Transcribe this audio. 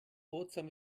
ozean